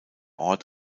ort